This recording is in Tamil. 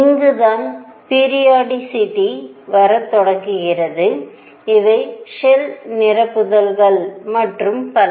இங்குதான் பிரியோடிசிட்டி வரத் தொடங்குகிறது இவை ஷெல் நிரப்புதல்கள் மற்றும் பல